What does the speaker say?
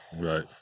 Right